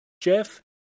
Jeff